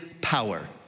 power